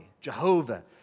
Jehovah